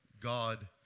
God